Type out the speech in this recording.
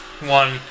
one